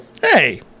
Hey